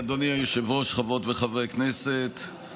אדוני היושב-ראש, חברות וחברי הכנסת,